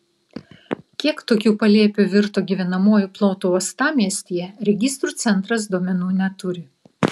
kiek tokių palėpių virto gyvenamuoju plotu uostamiestyje registrų centras duomenų neturi